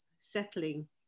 settling